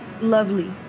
Lovely